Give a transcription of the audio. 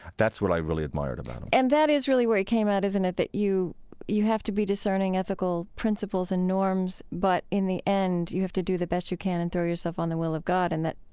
that's what i really admired about him and that is really where he came out. isn't it? that you you have to be discerning ethical principles and norms, but in the end, you have to do the best you can and throw yourself on the will of god, and that,